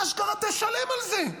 אשכרה תשלם על זה.